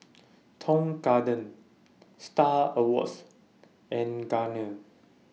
Tong Garden STAR Awards and Garnier